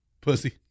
Pussy